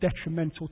detrimental